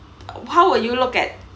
why will you look at